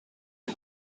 the